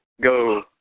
go